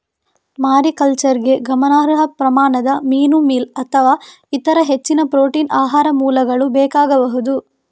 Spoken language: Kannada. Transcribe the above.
ಮಾರಿಕಲ್ಚರಿಗೆ ಗಮನಾರ್ಹ ಪ್ರಮಾಣದ ಮೀನು ಮೀಲ್ ಅಥವಾ ಇತರ ಹೆಚ್ಚಿನ ಪ್ರೋಟೀನ್ ಆಹಾರ ಮೂಲಗಳು ಬೇಕಾಗಬಹುದು